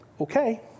okay